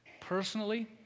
personally